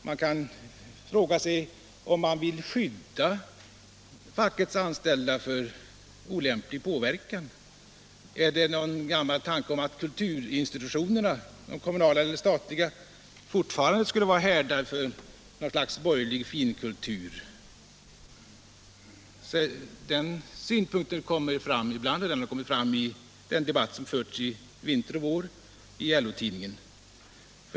Man kan fråga sig om han vill skydda fackets anställda från olämplig påverkan. Är det någon gammal tanke om att de kommunala eller statliga kulturinstitutionerna fortfarande skulle vara härdar för något slags borgerlig finkultur? Den synpunkten kommer fram ibland, det har skett samhet på kulturområdet i den debatt som förts under vintern och våren i LO-tidningen.